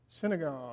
synagogue